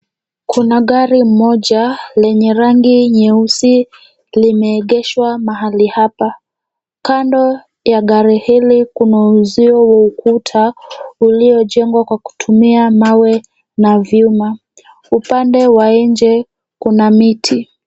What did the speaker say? Kuna gari moja lenye rangi nyeusi limeegeshwa mahali hapa. Kando ya gari hili kuna uzio wa ukuta uliojengwa kwa kutumia mawe na vyuma. Upande wa nje kuna miti.